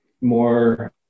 more